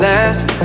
Last